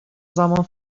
زمان